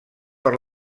per